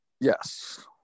Yes